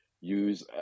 use